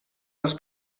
dels